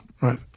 Right